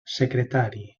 secretari